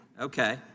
okay